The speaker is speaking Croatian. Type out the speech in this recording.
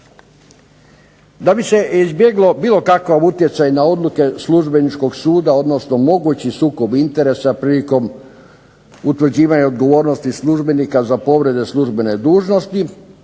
Da bi se izbjegao bilo kakav utjecaj na odluke službeničkog suda odnosno mogući sukob interesa prilikom utvrđivanja odgovornosti službenika za povrede službene dužnosti,